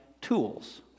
tools